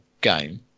game